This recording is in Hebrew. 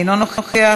אינו נוכח,